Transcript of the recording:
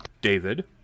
David